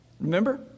Remember